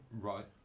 right